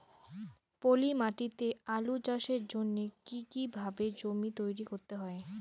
পলি মাটি তে আলু চাষের জন্যে কি কিভাবে জমি তৈরি করতে হয়?